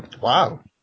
Wow